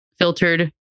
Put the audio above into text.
filtered